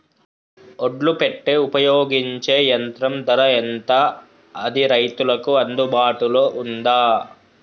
ఒడ్లు పెట్టే ఉపయోగించే యంత్రం ధర ఎంత అది రైతులకు అందుబాటులో ఉందా?